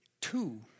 Two